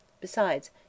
Besides